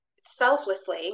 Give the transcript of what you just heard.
selflessly